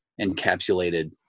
encapsulated